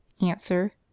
Answer